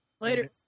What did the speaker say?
Later